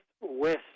West